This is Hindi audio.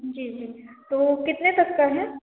जी जी तो कितने तक का है